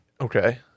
okay